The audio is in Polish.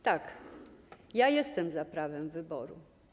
Tak, ja jestem za prawem wyboru.